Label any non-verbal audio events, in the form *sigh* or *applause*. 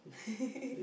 *laughs*